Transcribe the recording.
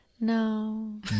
No